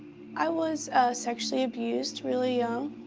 i was sexually abused really young.